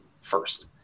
First